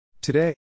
Today